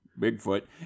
Bigfoot